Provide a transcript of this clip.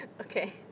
Okay